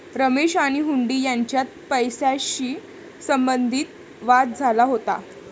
रमेश आणि हुंडी यांच्यात पैशाशी संबंधित वाद झाला होता